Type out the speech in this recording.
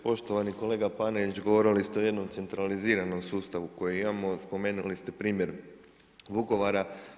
Poštovani kolega Panenić, govorili ste o jednom centraliziranom sustavu koji imamo, spomenuli ste primjer Vukovara.